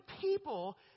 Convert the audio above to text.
people